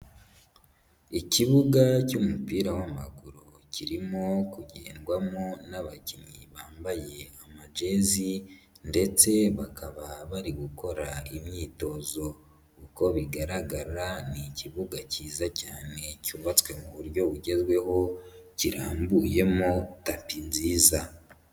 Ikibuga cy'umupira w'amaguru kirimo kugendwamo n'abakinnyi bambaye amajezi ndetse bakaba bari gukora imyitozo, uko bigaragara ni ikibuga kiza cyane cyubatswe mu buryo bugezweho kirambuyemo tapi nziza.